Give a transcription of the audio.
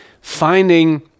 finding